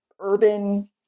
urban